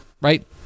right